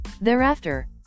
thereafter